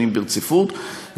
שנים ברציפות,